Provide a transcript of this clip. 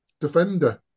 defender